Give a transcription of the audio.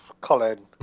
Colin